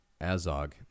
Azog